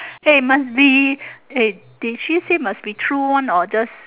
hey must be hey did she say must be true one or just